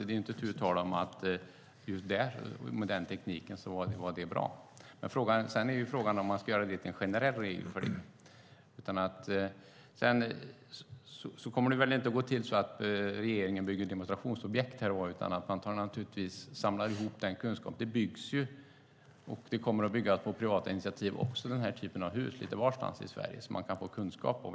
Det är ingen tvekan om att det just där och med den tekniken var bra. Sedan är frågan om man ska göra det till en generell regel. Det kommer väl inte att gå till så att regeringen bygger demonstrationsobjekt här och var, utan man samlar naturligtvis ihop kunskapen. Det byggs och kommer att byggas också på privata initiativ den typen av hus lite varstans i Sverige. Man kan därför få kunskap.